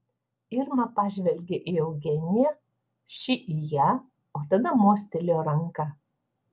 irma pažvelgė į eugeniją ši į ją o tada mostelėjo ranka